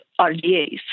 RDAs